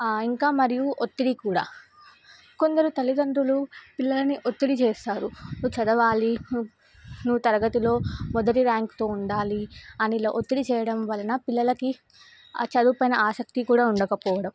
ఇంకా మరియు ఒత్తిడి కూడా కొందరు తల్లిదండ్రులు పిల్లల్ని ఒత్తిడి చేస్తారు నువ్వు చదవాలి నువ్వు నువ్వు తరగతిలో మొదటి ర్యాంక్తో ఉండాలి అని ఇలా ఒత్తిడి చేయడం వలన పిల్లలకి చదువుపోయిన ఆసక్తి కూడా ఉండకపోవడం